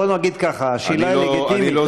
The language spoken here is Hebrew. בוא נגיד ככה: השאלה היא לגיטימית,